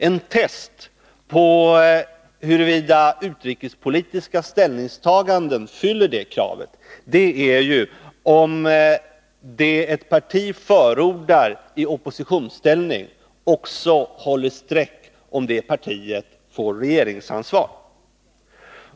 Ett test på huruvida utrikespolitiska ställningstaganden fyller det kravet är om det ett parti förordar i oppositionsställning också håller streck om detta parti får regeringsansvar.